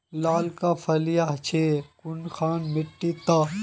लालका फलिया छै कुनखान मिट्टी त?